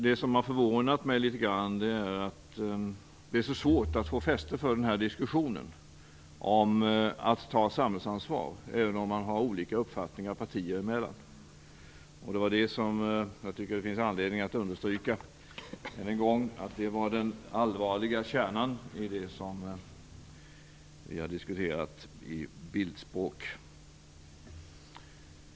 Det som har förvånat mig litet grand är att det är så svårt att få fäste för den här diskussionen om att ta samhällsansvar även om man har olika uppfattningar partier emellan. Det var den allvarliga kärnan i det som vi har diskuterat i bildspråk.